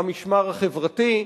"המשמר החברתי",